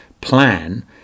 plan